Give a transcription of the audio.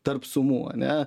tarp sumų ane